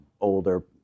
older